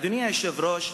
אדוני היושב-ראש,